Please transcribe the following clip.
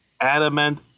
adamant